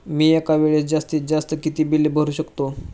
मी एका वेळेस जास्तीत जास्त किती बिल भरू शकतो?